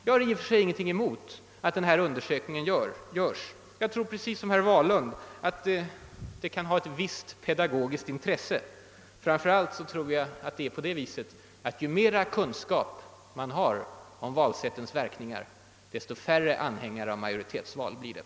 Jag har i och för sig ingenting emot att en undersökning göres som utskottet vill. I likhet med herr Wahlund tror jag att den kan vara av ett »visst pedagogiskt intresse». Framför allt har jag den uppfattningen att ju mera kunskap man har om valsättens verkningar, desto färre anhängare av majoritetsval får vi.